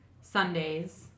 Sundays